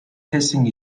testing